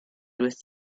with